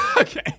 Okay